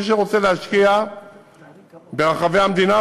מי שרוצה להשקיע ברחבי המדינה,